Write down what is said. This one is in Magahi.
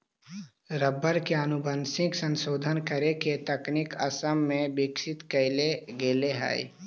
रबर के आनुवंशिक संशोधन करे के तकनीक असम में विकसित कैल गेले हई